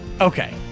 Okay